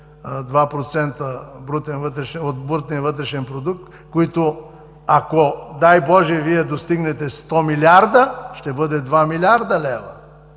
2 % от брутния вътрешен продукт, които, дай Боже, ако достигнете 100 милиарда, ще бъде 2 млрд. лв.,